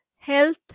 health